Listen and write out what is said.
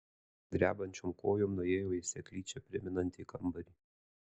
drebančiom kojom nuėjo į seklyčią primenantį kambarį